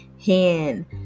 hand